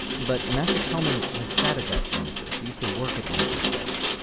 but masha kelmans has sat at that furniture. she used to work at one of those desks.